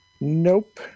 Nope